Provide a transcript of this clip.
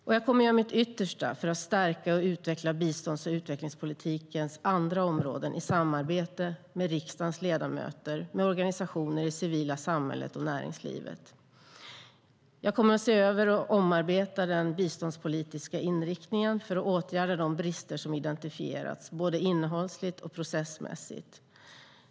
Jag kommer att göra mitt yttersta för att stärka och utveckla bistånds och utvecklingspolitikens andra områden i samarbete med riksdagens ledamöter, organisationer i det civila samhället och näringslivet. Jag kommer att se över och omarbeta den biståndspolitiska inriktningen för att åtgärda de brister som identifierats både innehållsligt och processmässigt.